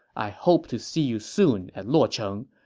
i hope to see you soon at luocheng.